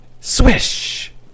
Swish